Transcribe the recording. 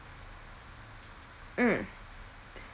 mm